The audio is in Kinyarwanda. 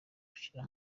gushyira